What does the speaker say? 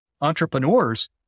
entrepreneurs